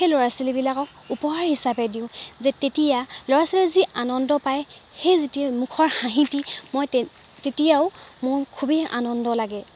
সেই ল'ৰা ছোৱালীবিলাকক উপহাৰ হিচাপে দিওঁ যে তেতিয়া ল'ৰা ছোৱালীয়ে যি আনন্দ পায় সেই যেতিয়া মুখৰ হাঁহিটি মই তেতিয়াও মোৰ খুবেই আনন্দ লাগে